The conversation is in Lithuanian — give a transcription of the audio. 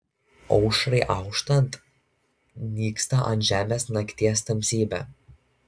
aušrai auštant nyksta ant žemės nakties tamsybė